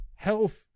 Health